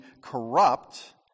corrupt